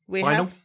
Final